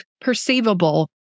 perceivable